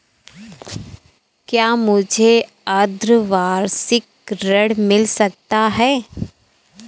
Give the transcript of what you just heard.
क्या मुझे अर्धवार्षिक ऋण मिल सकता है?